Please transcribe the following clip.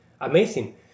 Amazing